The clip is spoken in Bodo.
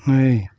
नै